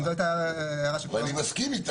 --- ההערה --- ואני מסכים איתה,